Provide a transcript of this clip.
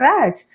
scratch